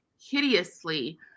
hideously